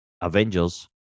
Avengers